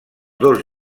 dos